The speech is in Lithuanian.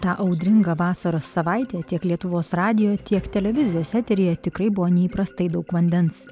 tą audringą vasaros savaitę tiek lietuvos radijo tiek televizijos eteryje tikrai buvo neįprastai daug vandens